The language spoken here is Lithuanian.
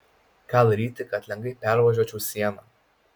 ką daryti kad lengvai pervažiuočiau sieną